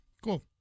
cool